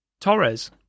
Torres